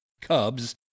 Cubs